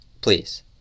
Please